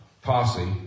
Posse